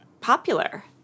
popular